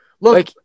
Look